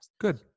Good